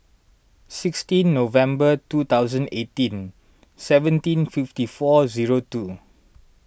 sixteen November two thousand eighteen seventeen fifty four zero two